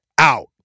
out